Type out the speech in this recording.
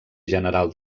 general